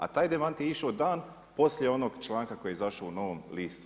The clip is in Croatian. A taj demant je išao dan poslije onog članka koji je izašao i Novom listu.